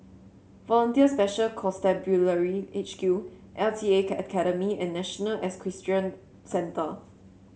Volunteer Special Constabulary H Q L T A Academy and National Equestrian Centre